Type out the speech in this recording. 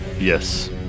Yes